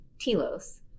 telos